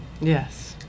Yes